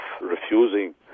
refusing